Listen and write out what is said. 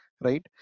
right